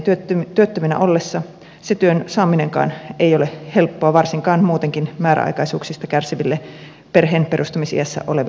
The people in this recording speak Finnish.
satojentuhansien työttöminä ollessa se työn saaminenkaan ei ole helppoa varsinkaan muutenkin määräaikaisuuksista kärsiville perheenperustamisiässä oleville naisille